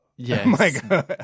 Yes